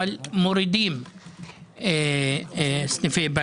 אבל מורידים סניפי בנקים.